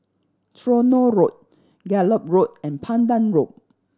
Tronoh Road Gallop Road and Pandan Road